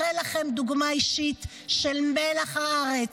הרי לכם דוגמה אישית של מלח הארץ.